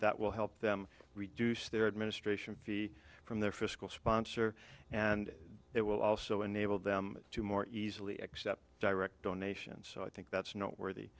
that will help them reduce their administration fee from their fiscal sponsor and it will also enable them to more easily accept direct donations so i think that's noteworthy